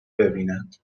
ببینند